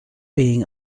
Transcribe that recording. being